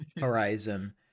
Horizon